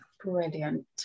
brilliant